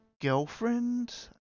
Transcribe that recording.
girlfriend